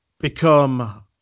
become